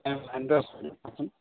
লাইনতে আছোঁ কওকচোন